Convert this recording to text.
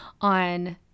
on